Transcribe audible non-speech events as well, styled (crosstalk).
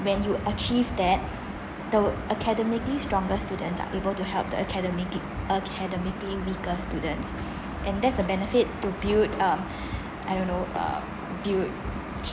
when you achieve that the academically stronger students are able to help the academic~ academically weaker students and that's the benefit to build um (breath) I don't know uh build